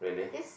this